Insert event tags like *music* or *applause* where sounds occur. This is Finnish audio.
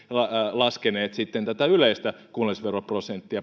laskenut tätä yleistä kunnallisveroprosenttia *unintelligible*